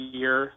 year